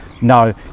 No